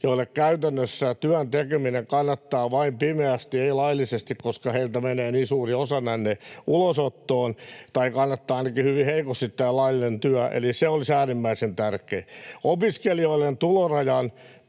joille työn tekeminen kannattaa käytännössä vain pimeästi, ei laillisesti, koska heiltä menee niin suuri osa ulosottoon, tai laillinen työ kannattaa ainakin hyvin heikosti. Eli se olisi äärimmäisen tärkeä. Opiskelijoiden tulorajan